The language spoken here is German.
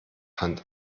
hand